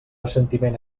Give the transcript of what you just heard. assentiment